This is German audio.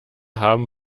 haben